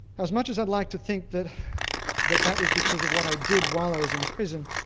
as much as i'd like to think that that that was because of what i did while i was in prison,